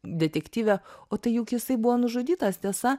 detektyve o tai juk jisai buvo nužudytas tiesa